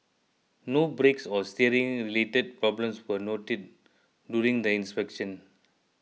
no brakes or steering related problems were noted during the inspection